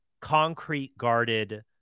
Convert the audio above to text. concrete-guarded